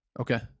Okay